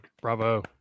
bravo